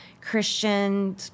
Christian